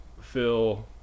Phil